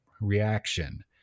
reaction